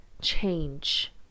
change